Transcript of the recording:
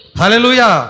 Hallelujah